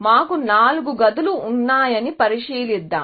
మాకు 4 గదులు ఉన్నాయని పరిశీలిద్దాం